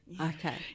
Okay